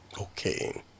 Okay